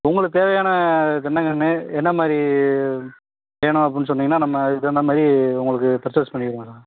உங்களுக்கு தேவையான தென்னங்கன்று என்ன மாதிரி வேணும் அப்படின்னு சொன்னீங்கன்னால் நம்ம அதுக்கு தகுந்தா மாதிரி உங்களுக்கு பர்சஸ் பண்ணிக்கலாம் சார்